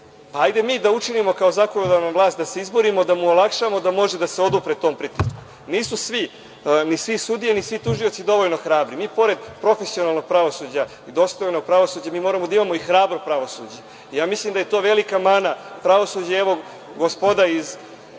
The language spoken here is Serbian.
pa hajde da mi učinimo kao zakonodavna vlast da se izborimo da mu olakšamo da može da se odupre tom pritisku. Nisu svi, ni sve sudije, ni svi tužioci dovoljno hrabri. Mi pored profesionalnog pravosuđa, dostojnog pravosuđa, mi moramo da imamo i hrabro pravosuđe. Mislim da je to velika mana pravosuđa i evo gospoda iz